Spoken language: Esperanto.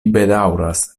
bedaŭras